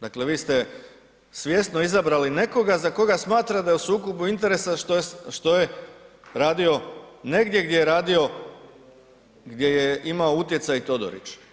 Dakle vi ste svjesno izabrali nekoga za koga smatrate da je u sukobu interesa što je radio negdje gdje je radio, gdje je imao utjecaj Todorić.